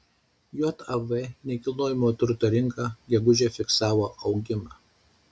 jav nekilnojamojo turto rinka gegužę fiksavo augimą